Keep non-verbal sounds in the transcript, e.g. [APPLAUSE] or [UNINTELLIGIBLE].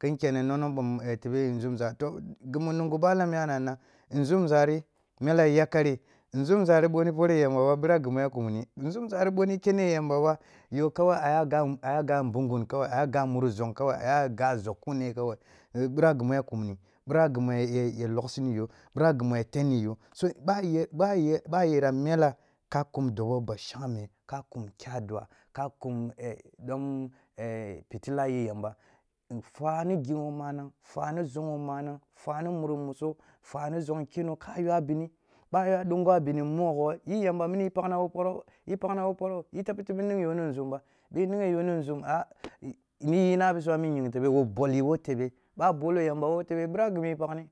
Kin kene nona mbom [UNINTELLIGIBLE] zumza, to ghimu nungu balam yana na, nzumzari mele yakkare, nzumzari ъo ni pore yamba ba ъira ghimu ya kumni, nzumza ri bo ni kene yamba ba, yo kawai ayaga a yaga mbugghun kawai aya ga muri zong kawai, a ya ga zakkun ne kawai bira ghi ya kumni, ъira ghi ma mu ya luksiniyo, bira ghi ya tenniyo, so, ъa yo ba ya ъa a yara mela ka kum dobo bashangme, ka kum kya dnah, ka kum [HESITATION] dom [HESITATION] fitila ye yamba, fwa ni ghinwo manang, fwani zonwo manang, fwani muro muso, fwani zon keno ka ywa bino, bo ayo dungu a bini mogho yi yamba mini yi bagna, yi bagna bo poro yi bagna bo poro, yi ri tabi ninyo a nȝumba. Yi ri tabi nanyo ni nȝumbaah i niyi nabisum a ying tebe wo bol yi wo tebe, bo a bolo yamba wo tebe biri ghi mu yi bakni,